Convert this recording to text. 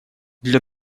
для